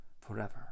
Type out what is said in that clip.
forever